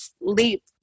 leap